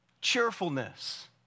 cheerfulness